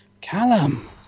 Callum